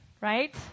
right